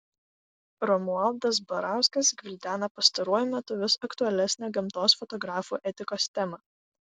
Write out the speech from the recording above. romualdas barauskas gvildena pastaruoju metu vis aktualesnę gamtos fotografų etikos temą